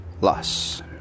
loss